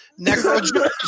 Necro